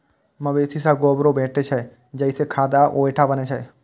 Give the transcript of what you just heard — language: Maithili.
मवेशी सं गोबरो भेटै छै, जइसे खाद आ गोइठा बनै छै